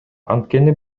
анткени